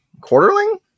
Quarterling